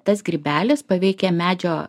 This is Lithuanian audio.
tas grybelis paveikė medžio